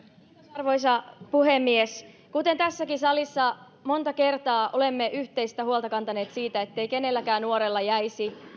arvoisa puhemies kuten tässäkin salissa monta kertaa olemme yhteistä huolta kantaneet siitä ettei kenelläkään nuorella jäisi